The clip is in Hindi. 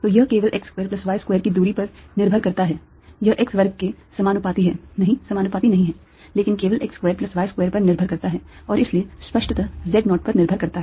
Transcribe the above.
तो यह केवल x square plus y square की दूरी पर निर्भर करता है यह x वर्ग के समानुपाती है नहीं समानुपाती नहीं है लेकिन केवल x square plus y square पर निर्भर करता है और इसलिए स्पष्टतः z naught पर निर्भर करता है